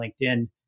LinkedIn